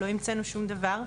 לא המצאנו שום דבר,